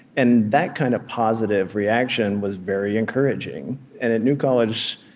and that kind of positive reaction was very encouraging and at new college,